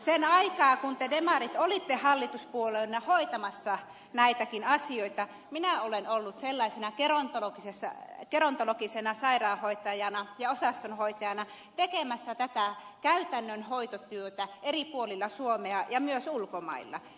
siihen aikaan kun te demarit olitte hallituspuolueena hoitamassa näitäkin asioita minä olen ollut sellaisena gerontologisena sairaanhoitajana ja osastonhoitajana tekemässä tätä käytännön hoitotyötä eri puolilla suomea ja myös ulkomailla